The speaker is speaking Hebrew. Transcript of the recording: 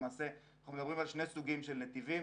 למעשה אנחנו מדברים על שני סוגים של נתיבים,